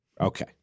Okay